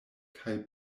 kaj